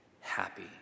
happy